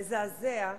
מזעזע,